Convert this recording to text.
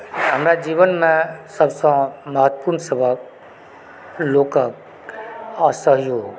हमरा जीवनमे सभसँ महत्वपूर्ण सबक लोकक असहयोग